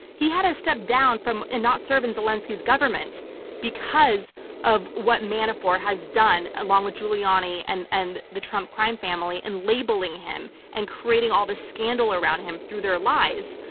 he had to step down and not serve in zelensky's government because of what manafort has done, along with giuliani and and the trump crime family, and labeling him, and creating all this scandal around him through their lies.